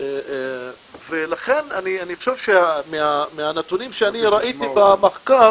אני חושב שמהנתונים שאני ראיתי במחקר